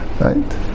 Right